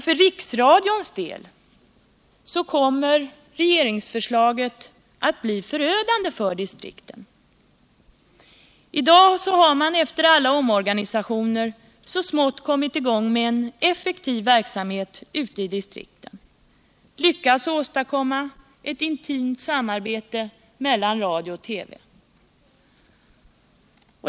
| För riksradions del kommer regeringsförslaget att bli förödande för distrikten. I dag har man, efter alla omorganisationer, så smått kommit i gång med en effektiv verksamhet ute i distrikten och lyckats åstadkomma ett intimt samarbete mellan radio och TV.